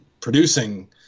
producing